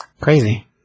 crazy